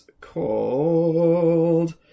called